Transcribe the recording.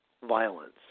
violence